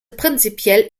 prinzipiell